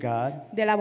God